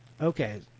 okay